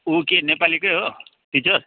ऊ के नेपालीकै हो टिचर